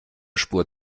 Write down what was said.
spur